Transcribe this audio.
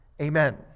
Amen